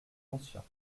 conscient